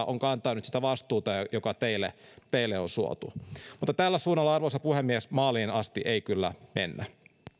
on kantaa nyt sitä vastuuta joka teille teille on suotu mutta tällä suunnalla arvoisa puhemies maaliin asti ei kyllä mennä